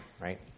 right